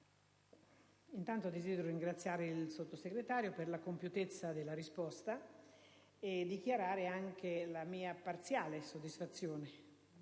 innanzitutto desidero ringraziare il Sottosegretario per la compiutezza della sua risposta e dichiarare la mia parziale soddisfazione,